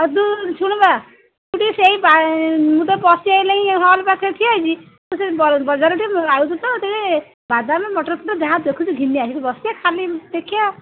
ଆଉ ତୁ ଶୁଣିବା ତୁ ଟିକେ ସେଇ ମୁଁ ତ ପଶି ଆସିଲିଣି ହଲ୍ ପାଖରେ ଠିଆ ହେଇଛି ତୁ ସେ ବଜାର ଟିକେ ଆଉଛୁ ତ ବାଦାମ ମଟର ତ ଯାହା ଦେଖୁଛୁ ଘିନି ଆଣିବୁ ବସିବା ଖାଲି ଦେଖିବା